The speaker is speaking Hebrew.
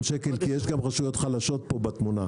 שקל כי יש גם רשויות חלשות פה בתמונה.